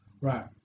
Right